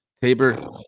Tabor